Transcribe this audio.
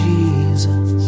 Jesus